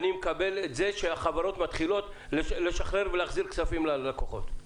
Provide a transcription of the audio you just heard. אני מקבל את זה שהחברות מתחילות לשחרר ולהחזיר כספים ללקוחות.